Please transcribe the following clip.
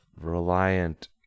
Reliant